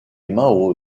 mao